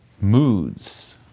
moods